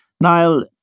Niall